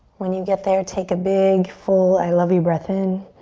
when you get there, take a big full i love you breath in.